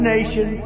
Nation